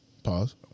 Pause